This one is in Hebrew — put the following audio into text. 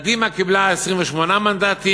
קדימה קיבלה 28 מנדטים,